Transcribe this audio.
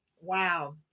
Wow